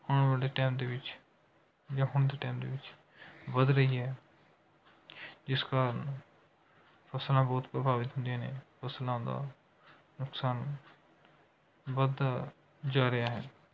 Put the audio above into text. ਆਉਣ ਵਾਲੇ ਟਾਈਮ ਦੇ ਵਿੱਚ ਜਾਂ ਹੁਣ ਦੇ ਟਾਈਮ ਦੇ ਵਿੱਚ ਵੱਧ ਰਹੀ ਹੈ ਜਿਸ ਕਾਰਨ ਫ਼ਸਲਾਂ ਬਹੁਤ ਪ੍ਰਭਾਵਿਤ ਹੁੰਦੀਆਂ ਨੇ ਫ਼ਸਲਾਂ ਦਾ ਨੁਕਸਾਨ ਵੱਧਦਾ ਜਾ ਰਿਹਾ ਹੈ